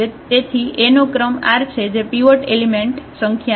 તેથી A નો ક્રમ r છે જે પીવોટ એલિમેંટ સંખ્યા છે